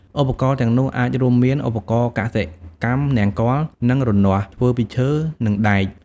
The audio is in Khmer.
ឧបករណ៍ទាំងនោះអាចរួមមាន ឧបករណ៍កសិកម្មនង្គ័ល និងរនាស់ ធ្វើពីឈើ និងដែក។